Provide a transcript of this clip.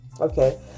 Okay